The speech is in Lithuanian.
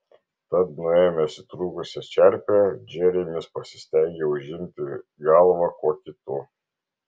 tad nuėmęs įtrūkusią čerpę džeremis pasistengė užimti galvą kuo kitu